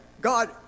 God